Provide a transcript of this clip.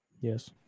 Yes